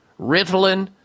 Ritalin